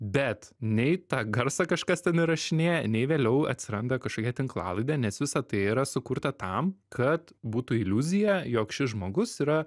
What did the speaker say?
bet nei tą garsą kažkas ten įrašinėja nei vėliau atsiranda kažkokia tinklalaidė nes visa tai yra sukurta tam kad būtų iliuzija jog šis žmogus yra